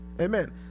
amen